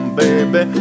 baby